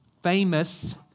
famous